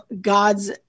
god's